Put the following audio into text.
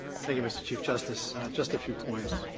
thank you mr. chief justice, just a few points.